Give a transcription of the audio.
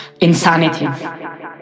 insanity